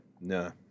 No